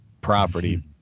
property